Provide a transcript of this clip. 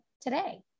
today